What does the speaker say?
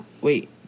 wait